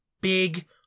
Big